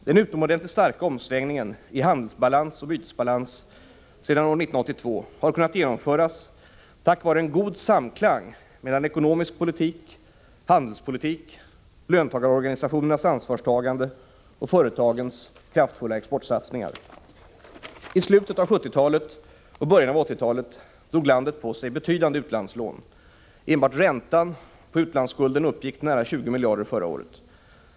Den utomordentligt starka omsvängningen i handelsbalans och bytesbalans sedan år 1982 har kunnat genomföras tack vare en god samklang mellan ekonomisk politik, handelspolitik, löntagarorganisationernas ansvarstagande och företagens kraftfulla exportsatsningar. I slutet av 1970-talet och början av 1980-talet drog landet på sig betydande utlandslån. Enbart räntan på utlandsskulden uppgick till nära 20 miljarder förra året.